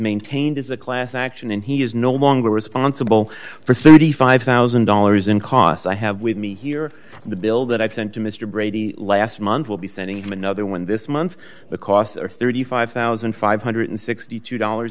maintained as a class action and he is no longer responsible for thirty five thousand dollars in costs i have with me here in the bill that i sent to mr brady last month will be sending him another one this month the costs are thirty five thousand five hundred and sixty two dollars